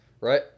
right